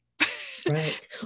Right